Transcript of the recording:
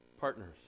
partners